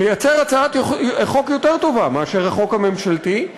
לייצר הצעת חוק יותר טובה מאשר החוק הממשלתי,